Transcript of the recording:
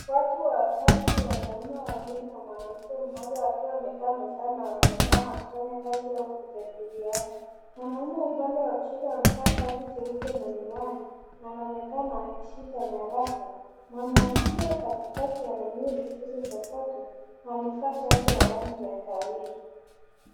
Watu watatu, wanaume wawili na mwanamke mmoja wakiwa wamekaa mezani na inaonekana wakifanya kazi au kujadiliana . Mwanaume upande wa kushoto amevaa shati jeupe na miwani na anaonekana akishika nyaraka . Mwanamke katikati ana nywele zilizosokotwa na amevaa shati la rangi ya kahawia.